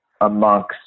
amongst